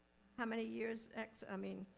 how many years x, i mean,